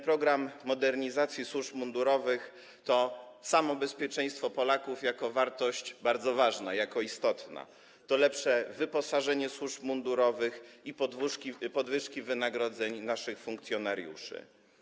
Program modernizacji służb mundurowych to: samo bezpieczeństwo Polaków jako wartość bardzo ważna, istotna, lepsze wyposażenie służb mundurowych i podwyżki wynagrodzeń naszych funkcjonariuszy.